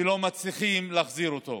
ולא מצליחים להחזיר אותו.